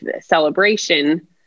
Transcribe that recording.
celebration